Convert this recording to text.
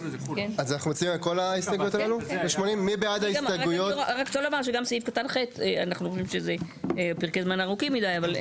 אני רק רוצה לומר שאנחנו חושבים שאלה פרקי זמן ארוכים מדי גם בסעיף (ח).